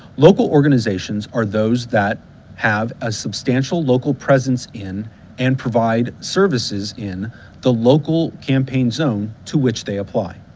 local organizations are those that have a substantial local presence in and provide services in the local campaign zone to which they apply.